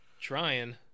trying